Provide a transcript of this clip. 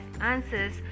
answers